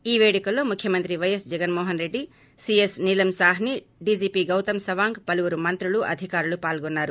ఈ పేడుకల్లో ముఖ్యమంత్రి పైఎస్ జగన్మోహాన్రెడ్డి సీఎస్ నీలం సాహ్సి డీజీపీ గౌతమ్ సవాంగ్ పలువురు మంత్రులు అధికారులు పాల్గొన్నారు